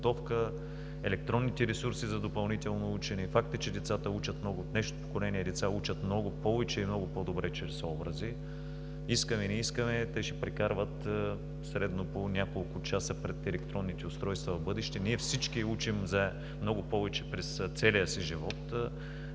електронните ресурси за допълнително учене. Факт е, че децата учат много, днешното поколение деца учат много повече и много по-добре чрез образи. Искаме – не искаме, те ще прекарват средно по няколко часа пред електронните устройства в бъдеще. Ние всички учим много повече през целия си живот,